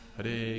Hare